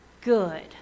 good